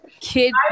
kid